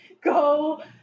Go